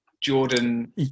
Jordan